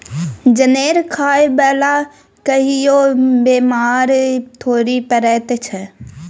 जनेर खाय बला कहियो बेमार थोड़े पड़ैत छै